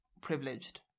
privileged